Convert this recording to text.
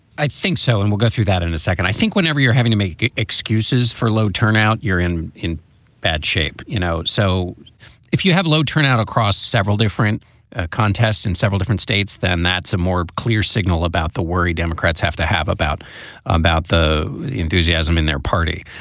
i think so. and we'll go through that in in a second. i think whenever you're having to make excuses for low turnout, you're in in bad shape, you know. so if you have low turnout across several different contests in several different states, then that's a more clear signal about the worry democrats have to have about about the enthusiasm in their party.